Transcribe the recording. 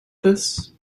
this